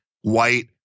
white